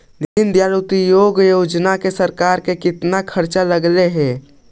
दीनदयाल अंत्योदय योजना पर सरकार का कितना खर्चा लगलई हे